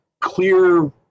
clear